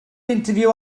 interview